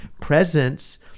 presence